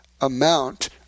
amount